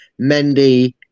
Mendy